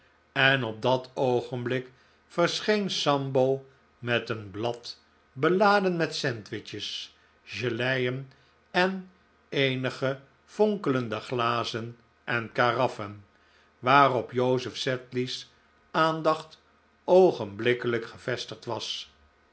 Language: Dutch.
en op dat oogenblik verscheen sambo met een blad beladen met sandwiches geleien en eenige fonkelende glazen en karaffen waarop joseph sedley's aandacht oogenblikkelijk gevestigd was